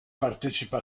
partecipa